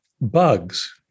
bugs